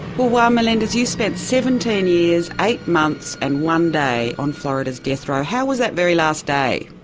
juan melendez, you spent seventeen years, eight months and one day on florida's death row, how was that very last day?